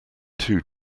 two